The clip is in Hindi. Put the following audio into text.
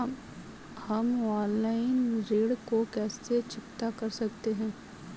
हम ऑनलाइन ऋण को कैसे चुकता कर सकते हैं?